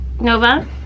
Nova